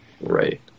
Right